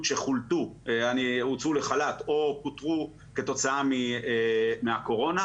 שהוצאו לחל"ת או פוטרו כתוצאה מהקורונה.